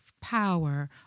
power